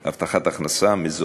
הבטחת הכנסה, מזונות וזיקנה.